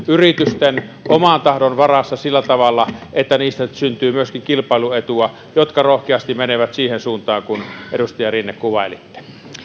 yritysten oman tahdon varassa sillä tavalla että niistä syntyy myöskin kilpailuetuja jotka rohkeasti menevät siihen suuntaan kuin edustaja rinne kuvailitte